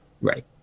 Right